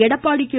Edappadi K